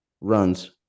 runs